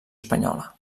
espanyola